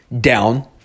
down